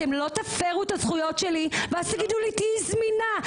אתם לא תפרו את הזכויות שלי ואז תגידו לי תהיי זמינה.